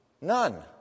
None